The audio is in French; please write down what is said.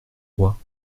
roi